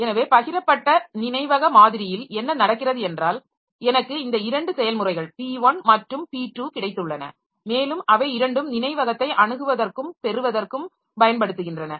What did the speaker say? எனவே பகிரப்பட்ட நினைவக மாதிரியில் என்ன நடக்கிறது என்றால் எனக்கு இந்த இரண்டு செயல்முறைகள் p1 மற்றும் p2 கிடைத்துள்ளன மேலும் அவை இரண்டும் நினைவகத்தை அணுகுவதற்கும் பெறுவதற்கும் பயன்படுத்துகின்றன